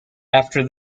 after